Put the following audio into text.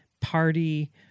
party